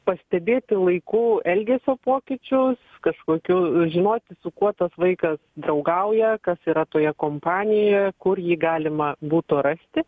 pastebėti laiku elgesio pokyčius kažkokiu žinoti su kuo tas vaikas draugauja kas yra toje kompanijoje kur jį galima būtų rasti